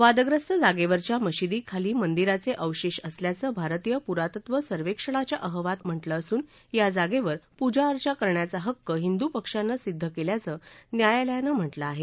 वादग्रस्त जागेवरच्या मशीदी खाली मंदिराचे अवशेष असल्याचं भारतीय पुरातत्व सर्वेक्षणाच्या अहवालात म्हटलं असून या जागेवर पूजा अर्चा करण्याचा हक्क हिंदू पक्षानं सिद्ध केल्याचं न्यायालयानं म्हटलं आहे